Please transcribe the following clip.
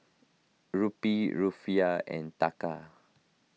Rupee Rufiyaa and Taka